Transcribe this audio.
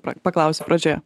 pra paklausiu pradžioje